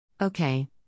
Okay